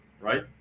right